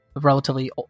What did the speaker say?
relatively